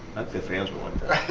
the fans will and